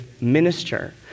minister